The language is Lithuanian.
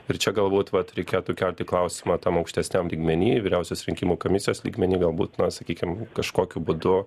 ir čia galbūt vat reikėtų kelti klausimą tam aukštesniam lygmeny vyriausios rinkimų komisijos lygmeny galbūt na sakykim kažkokiu būdu